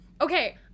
Okay